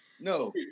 No